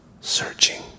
searching